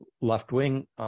left-wing